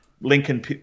Lincoln